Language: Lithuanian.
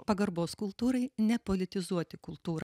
pagarbos kultūrai nepolitizuoti kultūrą